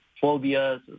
phobias